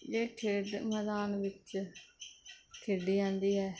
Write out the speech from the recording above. ਇਹ ਖੇਡ ਮੈਦਾਨ ਵਿੱਚ ਖੇਡੀ ਜਾਂਦੀ ਹੈ